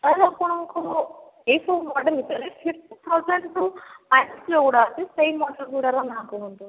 sir ଆପଣଙ୍କ ଏହିସବୁ model ଭିତରେ ଫିପ୍ଟି ଥାଉଜାଣ୍ଡ ରୁ ସେହି ମଡ଼େଲ୍ ଗୁଡ଼ାକର ନା କୁହନ୍ତୁ